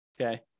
okay